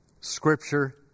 Scripture